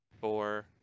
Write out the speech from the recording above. four